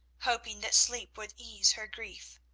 hoping that sleep would ease her grief.